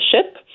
ship